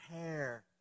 hair